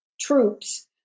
troops